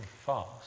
fast